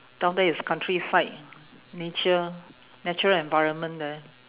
down there is countryside nature natural environment there